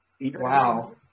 Wow